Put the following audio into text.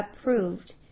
approved